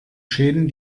schäden